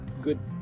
good